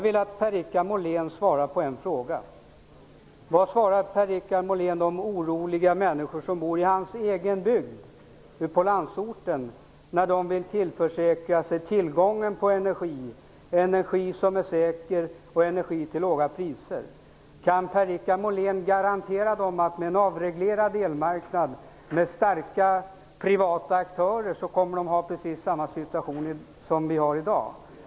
Vilket svar ger Per-Richard Molén de oroliga människor som bor i hans egen bygd, ute på landsorten, när de vill tillförsäkra sig tillgång till energi som är säker och som man får till låga priser? Kan Per-Richard Molén garantera att de här människorna, om vi har en avreglerad elmarknad med starka privata aktörer, kommer att befinna sig i precis samma situation som den vi i dag har?